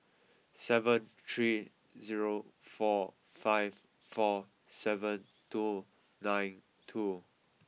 seven three zero four five four seven two nine two